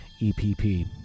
EPP